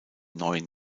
neuen